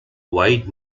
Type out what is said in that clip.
wide